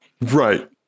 Right